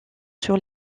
sur